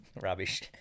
rubbish